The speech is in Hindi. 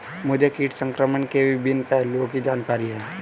मुझे कीट संक्रमण के विभिन्न पहलुओं की जानकारी है